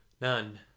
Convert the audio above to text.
none